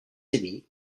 city